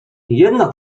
jedna